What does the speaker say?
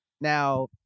Now